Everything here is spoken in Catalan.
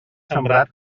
sembrat